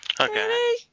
Okay